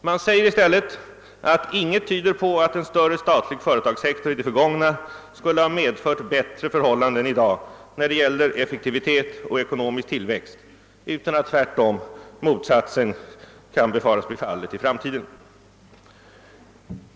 Man säger i stället att inget tyder på att en större statlig företagssektor i det förgångna skulle ha medfört bättre förhållanden i dag när det gäller effektivitet och ekonomisk tillväxt, utan att tvärtom motsatsen kan bli fallet i framtiden.